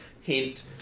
hint